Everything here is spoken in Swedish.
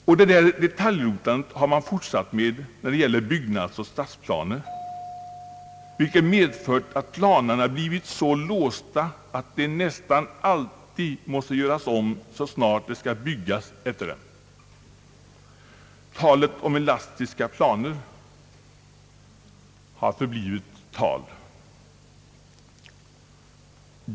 Och det där detaljrotandet har man fortsatt med när det gäller byggnadsoch stadsplaner, vilket medfört att planerna blivit så låsta att de nästan alltid måste göras om så snart någonting skall byggas. Talet om elastiska planer har förblivit ett tal.